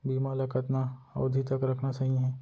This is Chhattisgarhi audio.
बीमा ल कतना अवधि तक रखना सही हे?